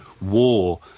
war